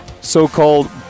so-called